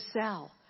sell